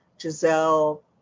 Giselle